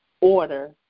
order